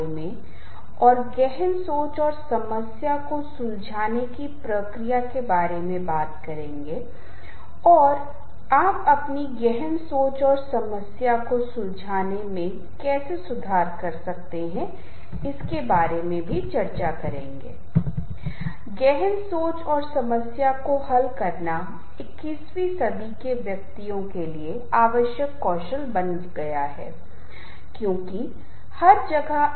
अब तक हमने प्रस्तुतीकरण और प्रस्तुति कौशल के विभिन्न आयामों को कवर किया है विशेष रूप से प्रस्तुति कौशल के दृश्य आयाम को लेकिन अंतिम घटक की पहचान करना भी महत्वपूर्ण है जो बहुत परिलक्षित हो सकता है या नहीं लेकिन जो मुझे लगता है कि यह आपको वहां मदद करेगा जहाँ आप अपनी अनुपस्थिति में प्रस्तुतियाँ कर रहे हैं या जहाँ आप अपने सॉफ्ट स्किल्स को अन्य क्षेत्रों में ले जा रहे हैं जैसे कि किसी पार्टी में या एक उद्घाटन कार्यक्रम में कर रहे हैं या कोई अन्य विशेष कार्यक्रम हो सकता है मान लीजिए आप एक शॉपिंग कॉम्प्लेक्स में जा रहे हैं जहाँ हल्का या नरम संगीत बज रहा है